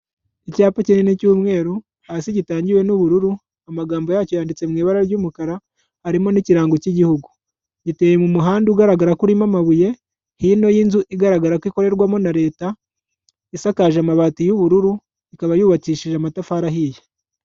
Icyapa kinini cy'umweru, hasi gitangiwe n'ubururu, amagambo yacyo yanditse mu ibara ry'umukara, harimo n'ikirango cy'igihugu yateye mu muhanda ugaragara ko irimo amabuye hino y'inzu igaragara ko ikorerwamo na leta, isakaje amabati y'ubururu ikaba yubakishije amatafari ahiye.